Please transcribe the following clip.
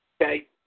okay